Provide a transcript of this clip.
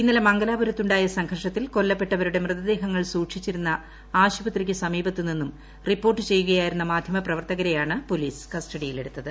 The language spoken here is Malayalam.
ഇന്നലെ മംഗലാപുരത്തുണ്ടായ സംഘർഷത്തിൽ കൊല്ലപ്പെട്ടവരുടെ മൃതദേഹങ്ങൾ സൂക്ഷിച്ചിരുന്ന ആശുപത്രിക്ക് സമീപത്തു നിന്നും റിപ്പോർട്ട് ചെയ്യുകയായിരുന്ന മാധ്യമപ്രവർത്തകരെയാണ് പോലീസ് കസ്റ്റഡിയിലെടുത്തത്